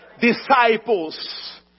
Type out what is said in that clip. disciples